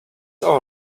all